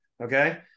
Okay